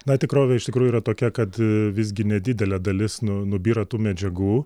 na tikrovė iš tikrųjų yra tokia kad visgi nedidelė dalis nubyra tų medžiagų